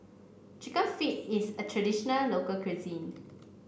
chicken feet is a traditional local cuisine